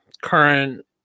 current